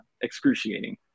excruciating